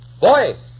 Boy